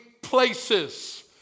places